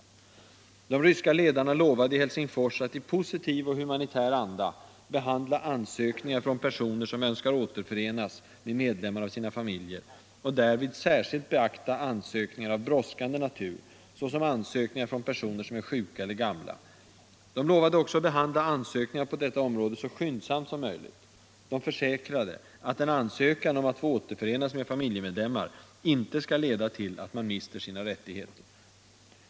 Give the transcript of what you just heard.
debatt och valutapolitisk debatt De ryska ledarna lovade i Helsingfors att i positiv och humanitär anda behandla ansökningar från personer som önskar återförenas med medlemmar av sina familjer, och därvid särskilt beakta ansökningar av brådskande natur, såsom ansökningar från personer som är sjuka eller gamla. De lovade också att behandla ansökningar på detta område så skyndsamt som möjligt. De försäkrade att en begäran om att få återförenas med familjemedlemmar inte skall leda till att man mister sina rättigheter.